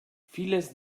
vieles